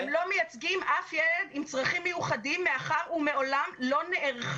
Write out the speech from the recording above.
הם לא מייצגים אף ילד עם צרכים מיוחדים מאחר ומעולם לא נערך